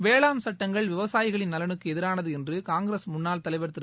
வேளாண் சட்டங்கள் விவசாயிகளின் நலனுக்கு எதிரானது என்று காங்கிரஸ் முன்னாள் தலைவர் திரு